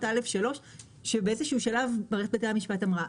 א3 שבאיזשהו שלב מערכת בתי המשפט אמרה,